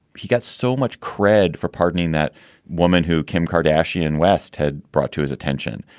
he got so much credit for pardoning that woman who came cardassian west had brought to his attention.